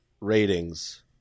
ratings